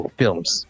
films